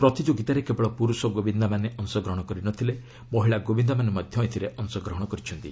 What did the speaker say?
ପ୍ରତିଯୋଗିତାରେ କେବଳ ପୁରୁଷ ଗୋବିନ୍ଦାମାନେ ଅଂଶଗ୍ରହଣ କରିନଥିଲେ ମହିଳା ଗୋବିନ୍ଦାମାନେ ମଧ୍ୟ ଏଥିରେ ଅଂଶଗ୍ରହଣ କରିଛନ୍ତି